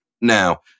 Now